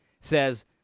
says